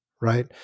right